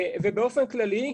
ובאופן כללי,